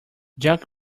junk